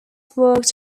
worked